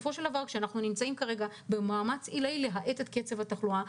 כשאנחנו נמצאים במאמץ עילאי להאט את קצב התחלואה,